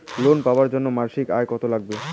Loan পাবার জন্যে মাসিক আয় কতো লাগবে?